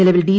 നിലവിൽ ഡി